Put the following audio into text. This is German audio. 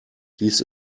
dies